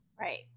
Right